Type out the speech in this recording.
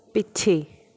ਪਿੱਛੇ